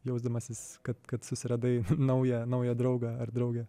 jausdamasis kad kad susiradai naują naują draugą ar draugę